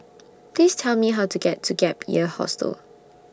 Please Tell Me How to get to Gap Year Hostel